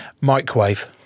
microwave